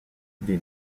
des